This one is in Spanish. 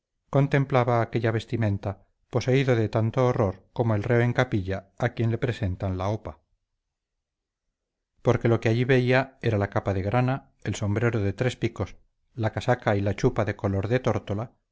contemplaba aquella vestimenta poseído de tanto horror como el reo en capilla a quien le presentan la hopa porque lo que allí veía era la capa de grana el sombrero de tres picos la casaca y la chupa de color de tórtola